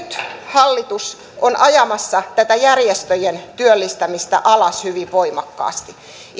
hallitus on ajamassa tätä järjestöjen työllistämistä alas hyvin voimakkaasti ihmisiltä